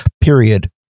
period